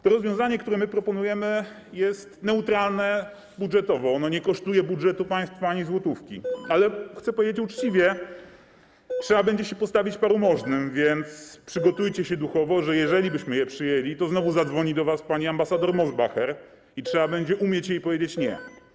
To rozwiązanie, które proponujemy, jest neutralne budżetowo, ono nie kosztuje budżetu państwa ani złotówki, ale chcę powiedzieć uczciwie: trzeba będzie się postawić paru możnym, więc przygotujcie się duchowo, że jeżelibyśmy je przyjęli, to znowu zadzwoni do was pani ambasador Mosbacher i trzeba będzie umieć jej powiedzieć „nie”